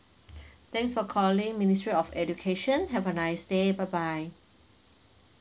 thanks for calling ministry of education have a nice day bye bye